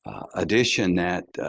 addition that